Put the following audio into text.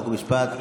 חוק ומשפט,